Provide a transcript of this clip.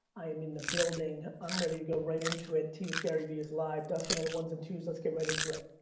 i am in the building, i'm ready to go right into it. tea with garyvee is live, dustin on the one's and two's, let's get right into it.